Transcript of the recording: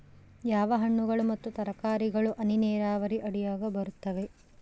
ಯಾವ ಹಣ್ಣುಗಳು ಮತ್ತು ತರಕಾರಿಗಳು ಹನಿ ನೇರಾವರಿ ಅಡಿಯಾಗ ಬರುತ್ತವೆ?